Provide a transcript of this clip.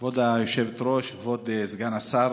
77. כבוד היושבת-ראש, כבוד סגן השר,